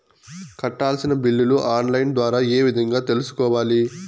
కట్టాల్సిన బిల్లులు online ద్వారా ఏ విధంగా తెలుసుకోవాలి?